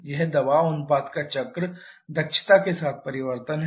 यह दबाव अनुपात का चक्र दक्षता के साथ परिवर्तन है